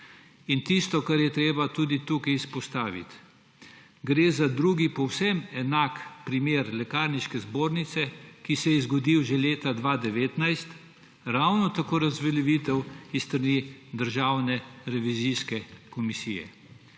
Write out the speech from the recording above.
Tisto, kar je treba tudi tukaj izpostaviti, je, da gre za drugi, povsem enak primer Lekarniške zbornice, kot se je zgodil že leta 2019, ravno tako razveljavitev s strani Državne revizijske komisije.